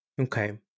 Okay